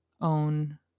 own